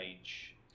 age